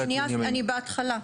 אני התחלה.